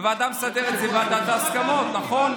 וועדה מסדרת זו ועדת ההסכמות, נכון?